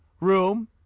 room